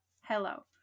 Hello